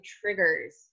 triggers